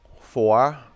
four